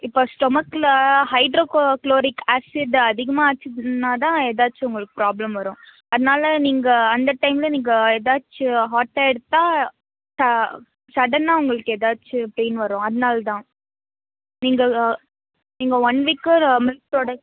இப்போ ஸ்டொமக்கில் hydrochloric acid அதிகமாக ஆச்சுனால் தான் ஏதாச்சும் உங்களுக்கு ப்ராப்லம் வரும் அதனால் நீங்கள் அந்த டைமில் நீங்கள் ஏதாச்சி ஹாட்டாக எடுத்தால் ட சடனாக உங்களுக்கு ஏதாச்சி பெயின் வரும் அதனால் தான் நீங்கள் நீங்கள் ஒன் வீக்கு மில்க் ப்ராடெக்ட்